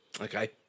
Okay